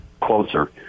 closer